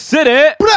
City